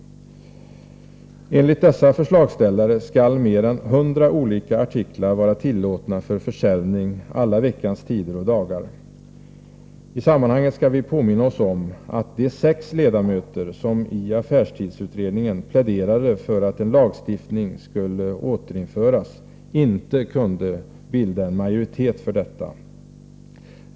Enligt dessa förslagsställare skall mer än 100 olika artiklar vara tillåtna för försäljning alla veckans tider och dagar. I sammanhanget skall vi påminna oss att de sex ledamöter som i affärstidsutredningen pläderade för att en lagstiftning skulle återinföras inte kunde åstadkomma en majoritet för detta.